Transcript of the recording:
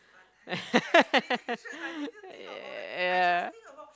ya